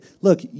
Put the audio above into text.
look